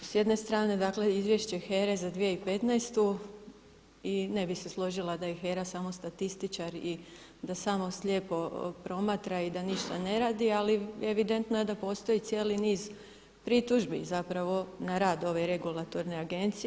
S jedne strane dakle Izvješće HERA-e za 2015. i ne bih se složila da je HERA samo statističar i da samo slijepo promatra i da ništa ne radi ali evidentno je da postoji cijeli niz pritužbi zapravo na rad ove regulatorne agencije.